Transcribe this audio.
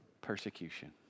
Persecution